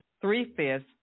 three-fifths